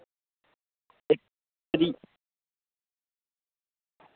त्री